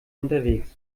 unterwegs